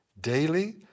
Daily